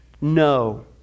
no